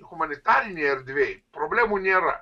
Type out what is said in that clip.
humanitarinėje erdvėj problemų nėra